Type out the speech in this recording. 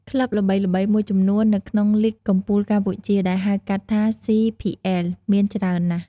ក្លឹបល្បីៗមួយចំនួននៅក្នុង លីគកំពូលកម្ពុជា ដែលហៅកាត់ថា CPL មានច្រើនណាស់។